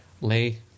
Lay